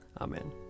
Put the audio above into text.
Amen